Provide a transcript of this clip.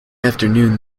afternoon